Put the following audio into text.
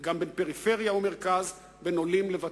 וגם בין תושבי פריפריה לתושבי מרכז ובין עולים לוותיקים.